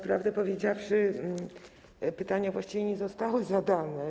Prawdę powiedziawszy, pytania właściwie nie zostały zadane.